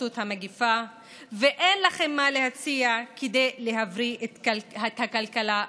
התפשטות המגפה ואין לכם מה להציע כדי להבריא את הכלכלה הקורסת.